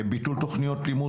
ביטול תוכניות לימוד,